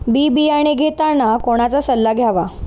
बी बियाणे घेताना कोणाचा सल्ला घ्यावा?